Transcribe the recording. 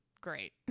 great